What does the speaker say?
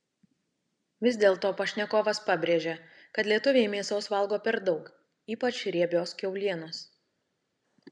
vis dėlto pašnekovas pabrėžia kad lietuviai mėsos valgo per daug ypač riebios kiaulienos